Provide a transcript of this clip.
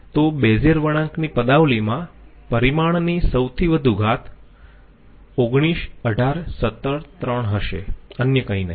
તો બેઝીઅર વળાંક ની પદાવલિમાં પરિમાણની સૌથી વધુ ઘાત 19 18 17 3 હશે અન્ય કંઈ નહીં